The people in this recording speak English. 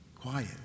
Quiet